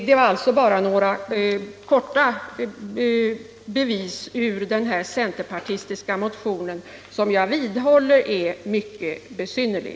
Detta var bara några korta bevis hämtade ur den centerpartistiska motionen, som jag vidhåller är mycket besynnerlig.